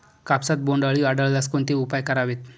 कापसात बोंडअळी आढळल्यास कोणते उपाय करावेत?